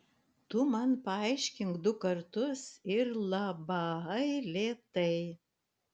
tu man paaiškink du kartus ir laba ai lėtai